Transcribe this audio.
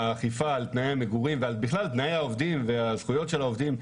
יש אכיפה על תנאי המגורים ובכלל על תנאי העובדים והזכויות של העובדים,